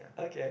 okay